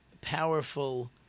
powerful